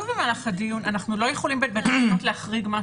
להיות ברמת התקנות.